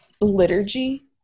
liturgy